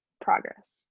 progress